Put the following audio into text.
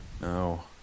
No